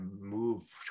move